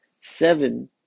Seven